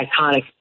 iconic